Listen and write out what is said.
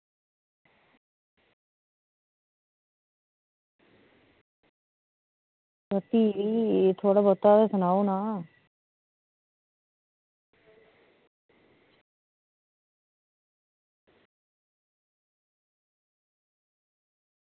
पर भी बी थोह्ड़ा बहोता ते सनाओ ना